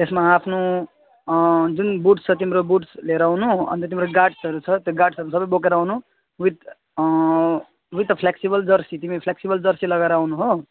त्यसमा आफ्नो जुन बुट छ तिम्रो बुट्स लिएर आउनु अन्त तिम्रो गार्ड्सहरू छ त्यो गार्ड्सहरू सबै बोकेर आउनु with with a flexible jersey तिमी फ्लेक्सिबल जर्सी लगाएर आउनु हो